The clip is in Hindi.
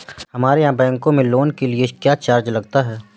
हमारे यहाँ बैंकों में लोन के लिए क्या चार्ज लगता है?